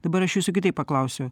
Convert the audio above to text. dabar aš jūsų kitaip paklausiu